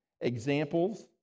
examples